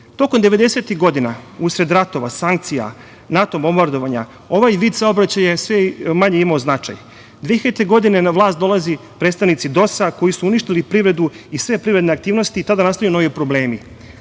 godina, usled ratova, sankcija, NATO bombardovanja, ovaj vid saobraćaja je sve manje imao značaj. Godine 2000. na vlast dolaze predstavnici DOS-a, koji su uništili privredu i sve privredne aktivnosti i tada nastaju novi problemi.